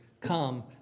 come